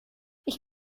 ich